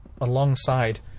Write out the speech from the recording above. alongside